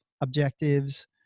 objectives